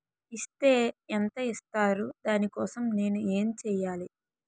Is తే ఎంత ఇస్తారు దాని కోసం నేను ఎంచ్యేయాలి?